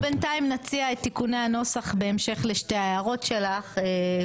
אנחנו בינתיים נציע את תיקוני הנוסח בהמשך לשתי ההערות שלךְ.